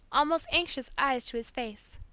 almost anxious eyes to his face.